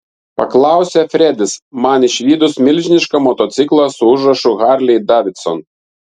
paklausė fredis man išvydus milžinišką motociklą su užrašu harley davidson